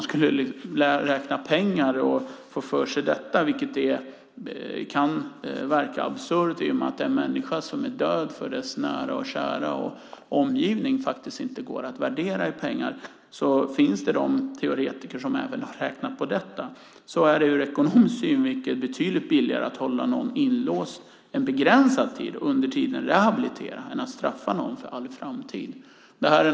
Att tala om pengar kan verka absurt i och med att en människas död för hennes nära och kära inte går att värdera i pengar, men det finns teoretiker som har räknat på detta. Ur ekonomisk synvinkel är det betydligt billigare att hålla någon inlåst en begränsad tid och rehabilitera än att straffa någon för all framtid.